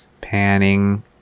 Panning